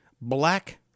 black